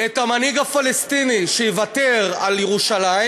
את המנהיג הפלסטיני שיוותר על ירושלים